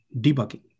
debugging